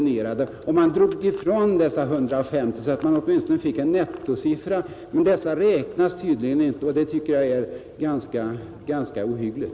Man borde åtminstone dra ifrån dessa 150 familjer, men de räknas tydligen inte, och det tycker jag är ganska ohyggligt.